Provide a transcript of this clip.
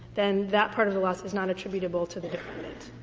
then that part of the loss is not attributable to the defendant.